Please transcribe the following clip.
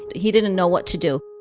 he didn't know what to do